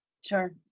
Sure